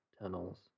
tunnels